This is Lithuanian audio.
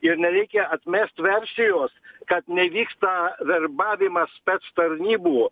ir nereikia atmest versijos kad nevyksta verbavimas spec tarnybų